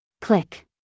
Click